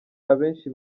abenshi